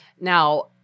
Now